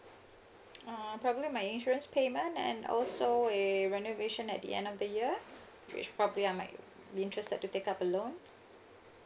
uh probably my insurance payment and also a renovation at the end of the year of which probably I might be interested to take up a loan